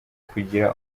kugira